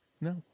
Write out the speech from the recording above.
No